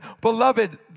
beloved